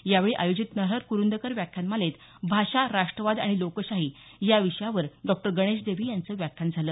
यावेळी आयोजित नरहर कुरुंदकर व्याख्यानमालेत भाषा राष्ट्रवाद आणि लोकशाही या विषयावर डॉक्टर गणेश देवी यांचं व्याख्यान झालं